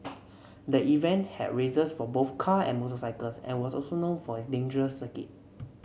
the event had races for both car and motorcycles and was also known for its dangerous circuit